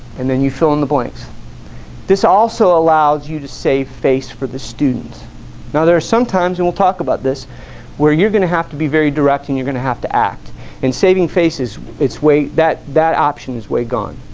and then you fill in the blanks this also allows you to save face for the students now they're sometimes we will talk about this where you're going to have to be very directing your gonna have to act and saving faces its weight that that options were gone